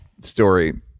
story